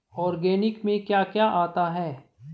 Organic में क्या क्या आता है?